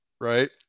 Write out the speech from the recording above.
right